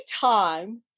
time